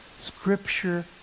Scripture